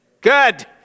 good